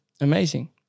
Amazing